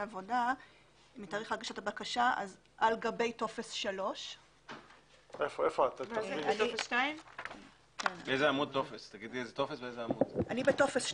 עבודה מתאריך הגשת הבקשה על גבי טופס 3. אני בטופס ,